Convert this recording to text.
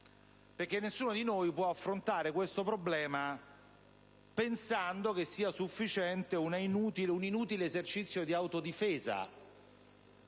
perché nessuno di noi può affrontare questo problema pensando che sia sufficiente un inutile esercizio di autodifesa.